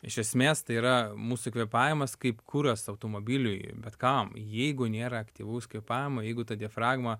iš esmės tai yra mūsų kvėpavimas kaip kuras automobiliui bet kam jeigu nėra aktyvaus kvėpavimo jeigu ta diafragma